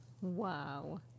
Wow